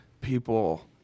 people